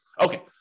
Okay